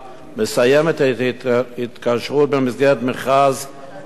מסיימת את ההתקשרות במסגרת מכרז עם משרד